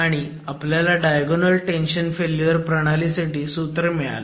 आणि आपल्याला diagonal tension failure प्रणालीसाठी सूत्र मिळालं